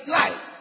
life